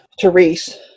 Therese